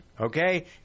Okay